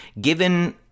given